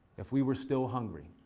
if we were still hungry.